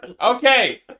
Okay